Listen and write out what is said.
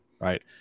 right